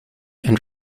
and